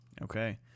Okay